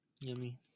Yummy